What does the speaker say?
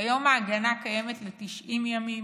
כיום ההגנה קיימת ל-90 ימים.